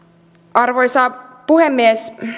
arvoisa puhemies